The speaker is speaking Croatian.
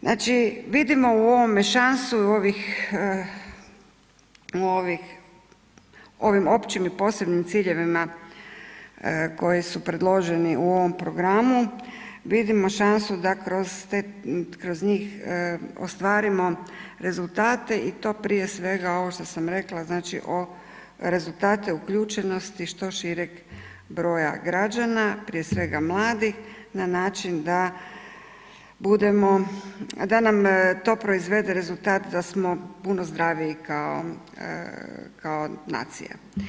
Znači vidimo u ovome šansu, u ovih, u ovim općim i posebnim ciljevima koji su predloženi u ovom programu, vidimo šansu da kroz njih ostvarimo rezultate i to prije svega ovo što sam rekla znači o rezultate uključenosti što šireg broja građana, prije svega mladih na način da budemo, da nam to proizvede rezultat da smo puno zdraviji kao nacija.